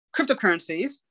cryptocurrencies